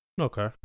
Okay